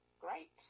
Great